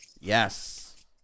Yes